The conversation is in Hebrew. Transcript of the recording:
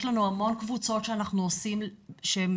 יש לנו המון קבוצות שאנחנו עושים שהם